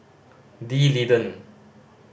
D'Leedon